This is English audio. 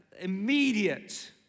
immediate